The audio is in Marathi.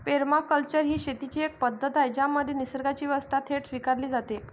पेरमाकल्चर ही शेतीची एक पद्धत आहे ज्यामध्ये निसर्गाची व्यवस्था थेट स्वीकारली जाते